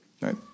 right